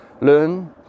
Learn